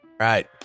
right